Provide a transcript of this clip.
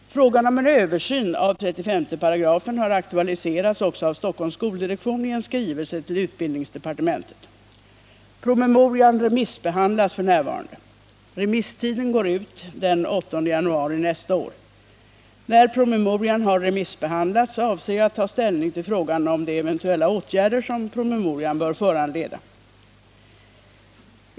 Frågan om en översyn av 35 § har aktualiserats också av Stockholms skoldirektion i en skrivelse till utbildningsdepartementet. Promemorian remissbehandlas f. n. Remisstiden går ut den 8 januari nästa år. När promemorian har remissbehandlats avser jag att ta ställning till frågan om de eventuella åtgärder som promemorian bör föranleda.